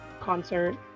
concert